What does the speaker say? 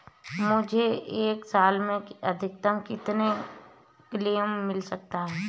मुझे एक साल में अधिकतम कितने क्लेम मिल सकते हैं?